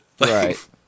Right